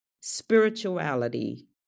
spirituality